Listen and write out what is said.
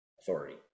authority